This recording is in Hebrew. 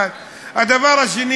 1. הדבר השני,